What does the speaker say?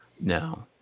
No